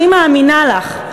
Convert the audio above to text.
אני מאמינה לך,